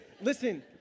Listen